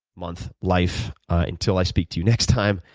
month, life, until i speak to you next time.